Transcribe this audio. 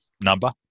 number